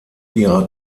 ihrer